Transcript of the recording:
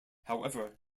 however